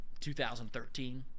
2013